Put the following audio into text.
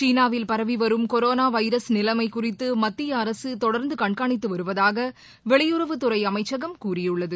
சீனாவில் பரவி வரும் கொரோனா வைரஸ் நிலைமை குறித்து மத்திய அரசு தொடர்ந்து கண்காணித்து வருவதாக வெளியுறவுத்துறை அமைச்சகம் கூறியுள்ளது